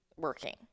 working